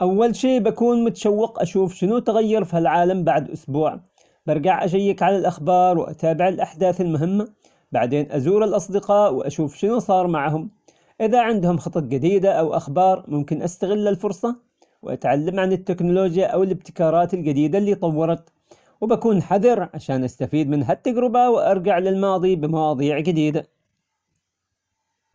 أول شي بكون متشوق أشوف شنو تغير في هالعالم بعد أسبوع. برجع أشيك على الأخبار وأتابع الأحداث المهمة. بعدين أزور الأصدقاء وأشوف شنو صار معهم ، إذا عندهم خطط جديدة أو أخبار ممكن أستغل الفرصة وأتعلم عن التكنولوجيا أو الإبتكارات الجديدة اللي طورت ، وبكون حذر عشان أستفيد من هالتجربة وأرجع للماضي بمواضيع جديدة.